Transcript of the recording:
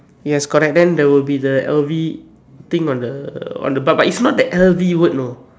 yes correct then there will be the L_V thing on the on the top but is not the L_V word you know